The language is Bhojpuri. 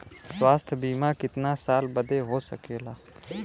स्वास्थ्य बीमा कितना साल बदे हो सकेला?